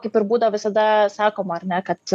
kaip ir būdavo visada sakoma kad